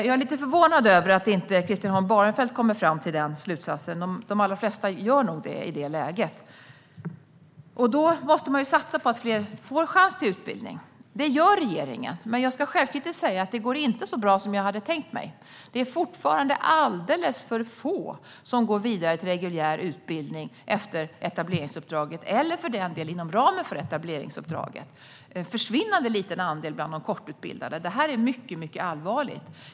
Jag är lite förvånad över att inte Christian Holm Barenfeld drar den slutsatsen, för de allra flesta gör nog det i det här läget. Man måste satsa på att fler får chans till utbildning, och det gör regeringen. Men jag ska självkritiskt säga att det inte går så bra som jag hade tänkt mig. Det är fortfarande alldeles för få som går vidare till reguljär utbildning efter etableringsuppdraget eller, för den delen, inom ramen för etableringsuppdraget. Det är en försvinnande liten andel bland de kortutbildade. Detta är mycket allvarligt.